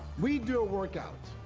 we do a workout,